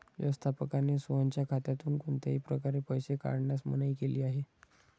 व्यवस्थापकाने सोहनच्या खात्यातून कोणत्याही प्रकारे पैसे काढण्यास मनाई केली आहे